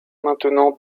maintenant